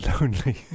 lonely